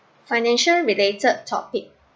financial related topic